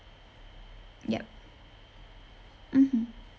yup mmhmm